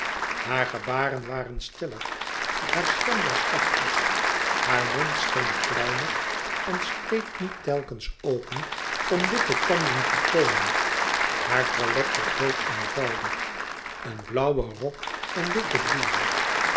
hare gebaren waren stiller haar stem was zachter haar mond scheen kleiner en spleet niet telkens open om witte tanden te toonen haar toilet was doodeenvoudig een blauwe rok en witte blouse